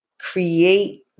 create